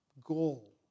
goal